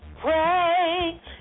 Pray